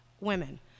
women